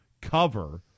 cover